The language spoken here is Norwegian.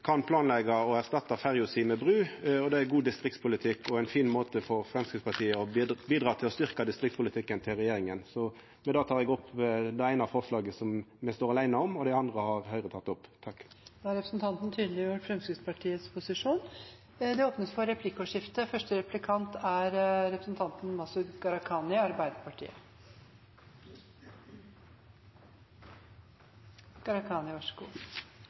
kan planleggja å erstatta ferja med bru. Det er god distriktspolitikk og ein fin måte for Framstegspartiet å bidra til å styrkja distriktspolitikken til regjeringa. Eg tek opp forslaget som me står åleine om, dei andre er tekne opp. Da har representanten Helge André Njåstad tatt opp